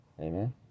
amen